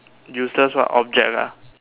useless what object ah